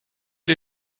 les